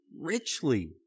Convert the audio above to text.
richly